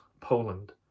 Poland